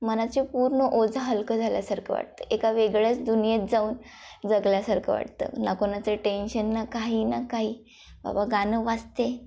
मनाचे पूर्ण ओझं हलकं झाल्यासारखं वाटतं एका वेगळ्याच दुनियेत जाऊन जगल्यासारखं वाटतं ना कोणाचं टेन्शन ना काही ना काही बाबा गाणं वाजते आहे